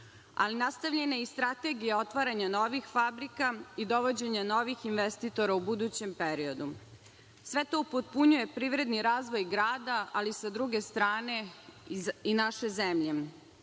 Nastavljena je i strategija otvaranja novih fabrika i dovođenja novih investitora u budućem periodu. Sve to upotpunjuje privredni razvoj grada, ali sa druge strane i naše